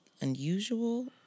unusual